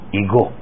ego